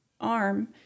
arm